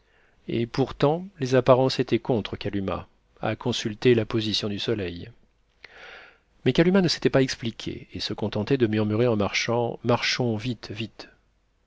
et pourtant les apparences étaient contre kalumah à consulter la position du soleil mais kalumah ne s'était pas expliquée et se contentait de murmurer en marchant marchons vite vite